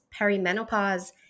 perimenopause